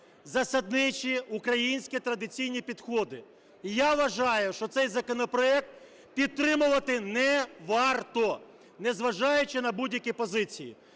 засадничі українські традиційні підходи. І я вважаю, що цей законопроект підтримувати не варто, незважаючи на будь-які позиції.